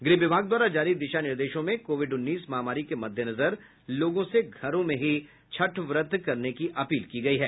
गृह विभाग द्वारा जारी दिशा निर्देशों में कोविड उन्नीस महामारी के मद्देनजर लोगों से घरों में ही छठ व्रत करने की अपील की गयी है